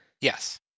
Yes